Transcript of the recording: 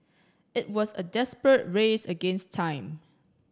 it was a desperate race against time